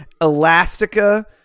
Elastica